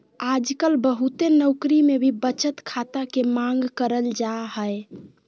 आजकल बहुते नौकरी मे भी बचत खाता के मांग करल जा हय